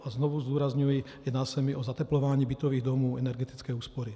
A znovu zdůrazňuji, jedná se mi o zateplování bytových domů, energetické úspory.